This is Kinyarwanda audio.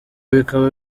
bikaba